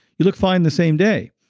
you look fine the same day.